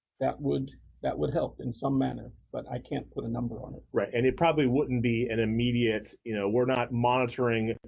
that would that would help in some manner but i can't put a number on it. david right and it probably wouldn't be an immediate, you know we're not monitoring,